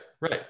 right